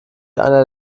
einer